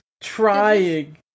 trying